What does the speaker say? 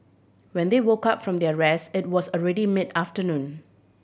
when they woke up from their rest it was already mid afternoon